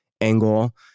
angle